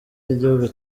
w’igihugu